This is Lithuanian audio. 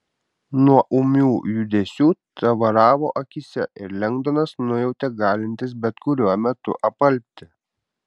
nuo ūmių judesių tavaravo akyse ir lengdonas nujautė galintis bet kuriuo metu apalpti